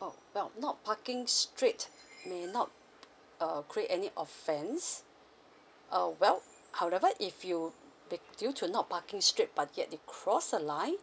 oh well not parking straight may not uh create any offense uh well however if you be due to not parking straight but yet you cross the line